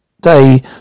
day